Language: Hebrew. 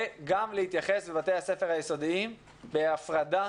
וגם להתייחס לבתי הספר היסודיים בהפרדה